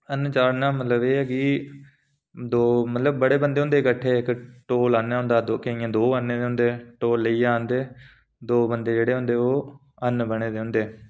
हर्ण केह् हेंदा मतलब बड़े बंदे होंदे किट्ठे ढोल आह्ने दा होंदा केंइयें दो ढोल होंदे आंह्दे दे ते केइयें इक होंदा आंह्दे दा ते दो जने हर्ण बने दे होंदे